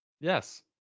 yes